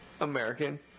American